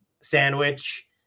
sandwich